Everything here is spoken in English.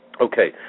Okay